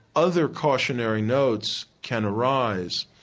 other cautionary notes can arise.